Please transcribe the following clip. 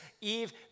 Eve